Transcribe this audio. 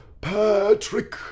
Patrick